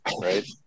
Right